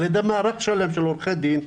על ידי מערך שלם של עורכי דין,